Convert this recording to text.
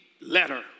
letter